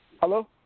Hello